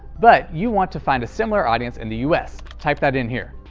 but you want to find a similar audience in the us, type that in here.